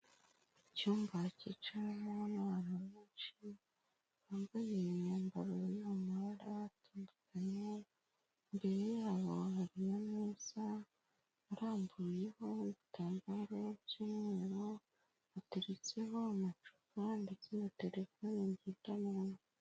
Icyumba cyicamo abantu benshi bambaye imyambaro yo mu mabara atandukanye, imbere yabo hari ameza arambuyeho n'igitambaro cy'umweru bateretseho amacupa ndetse na telefone zigendanwa.